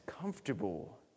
comfortable